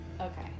okay